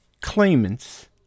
claimants